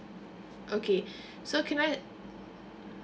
okay so can I